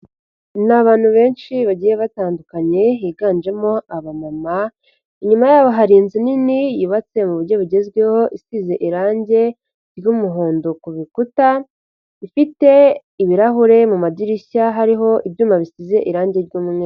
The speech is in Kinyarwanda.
Ni abantu benshi bagiye batandukanye, higanjemo abamama, inyuma yabo hari inzu nini yubatse mu buryo bugezweho isize irangi ry'umuhondo ku bikuta, ifite ibirahure, mu madirishya hariho ibyuma bisize irangi ry'umweru.